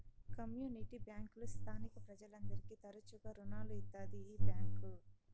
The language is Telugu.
కమ్యూనిటీ బ్యాంకులు స్థానిక ప్రజలందరికీ తరచుగా రుణాలు ఇత్తాది ఈ బ్యాంక్